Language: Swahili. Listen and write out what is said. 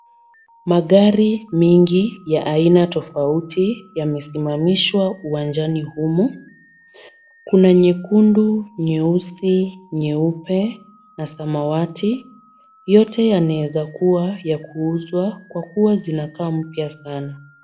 Magari mengi ya aina tofauti yamesimamishwa uwanjani humu. Kuna nyekundu, nyeusi, nyeupe na samawati. Yote yanaweza kuwa ya kuuzwa kwa kuwa zinakaa mpya sana.